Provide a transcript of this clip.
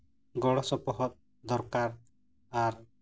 ᱜᱚᱲᱚᱥᱚᱯᱚᱦᱚᱫ ᱫᱚᱨᱠᱟᱨ ᱟᱨ